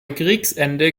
kriegsende